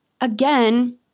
Again